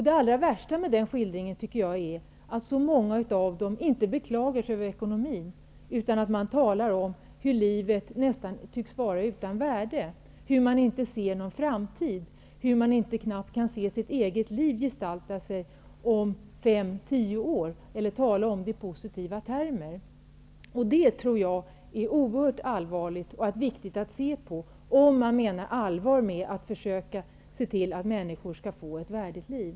Det allra värsta med skildringen är att det finns så många som inte beklagar sig över sin ekonomi utan talar om hur livet nästan tycks vara utan värde, hur man inte kan se någon framtid, hur man knappt kan se sitt liv gestalta sig om fem eller tio år och inte kan tala om det i positiva termer. Det tycker jag är någonting oerhört angeläget att rätta till om man menar allvar med att försöka se till att människor skall få ett värdigt liv.